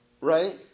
right